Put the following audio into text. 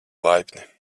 laipni